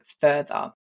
further